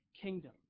kingdom